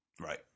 Right